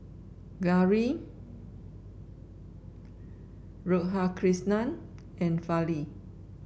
Gauri Radhakrishnan and Fali